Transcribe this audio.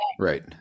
Right